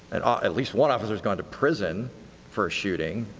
at ah at least one officer has gone to prison for a shooting.